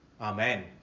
Amen